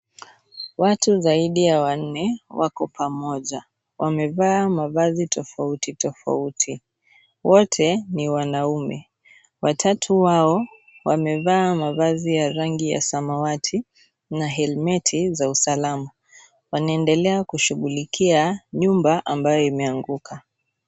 Watu zaidi ya wanne wako pamoja. Wamevaa mavazi tofauti tofauti. Wote ni wanaume. Watatu wao wamevaa mavazi ya rangi ya samawati na helmet za usalama. Wanaendelea kushughulikia nyumba ambayo imeanguka.